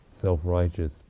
self-righteous